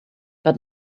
but